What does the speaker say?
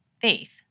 faith